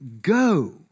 go